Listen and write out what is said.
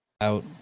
out